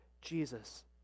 Jesus